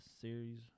series